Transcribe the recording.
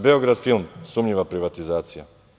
Beograd film“ sumnjiva privatizacija.